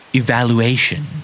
evaluation